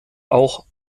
auch